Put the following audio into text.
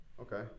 Okay